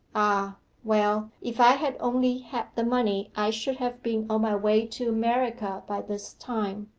ah well, if i had only had the money i should have been on my way to america by this time,